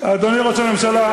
אדוני ראש הממשלה,